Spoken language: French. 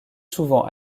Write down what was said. souvent